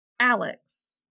alex